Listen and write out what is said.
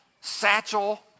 satchel